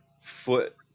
foot